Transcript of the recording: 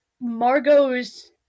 Margot's